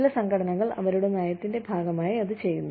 ചില സംഘടനകൾ അവരുടെ നയത്തിന്റെ ഭാഗമായി അത് ചെയ്യുന്നു